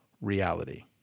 reality